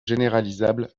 généralisables